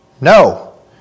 No